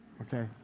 okay